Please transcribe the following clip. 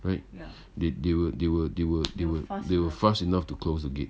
right they they were they were they were fast enough to close the gate